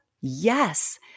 Yes